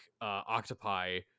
octopi